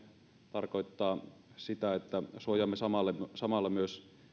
tarkoittaa sitä että suojaamme samalla myös